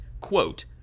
Quote